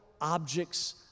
objects